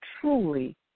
truly